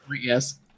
yes